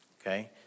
okay